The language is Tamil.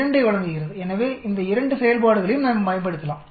2 ஐவழங்குகிறது எனவே இந்த இரண்டு செயல்பாடுகளையும் நாம் பயன்படுத்தலாம்